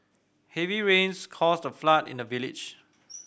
heavy rains caused a flood in the village